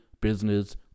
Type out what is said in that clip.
business